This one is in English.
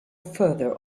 further